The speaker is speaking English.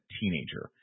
teenager